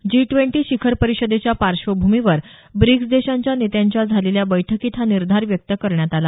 जी twenty शिखर परिषदेच्या पार्श्वभूमीवर ब्रिक्स देशांच्या नेत्यांच्या झालेल्या बैठकीत हा निर्धार व्यक्त करण्यात आला